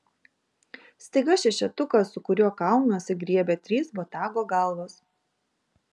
staiga šešetuką su kuriuo kaunuosi griebia trys botago galvos